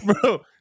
bro